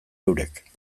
eurek